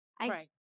Right